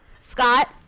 Scott